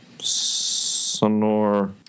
Sonor